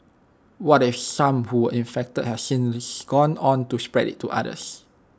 what if some who were infected have since gone on to spread IT to others